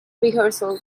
rehearsal